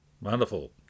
Wonderful